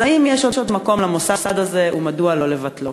אז האם יש עוד מקום למוסד הזה, ומדוע לא לבטלו?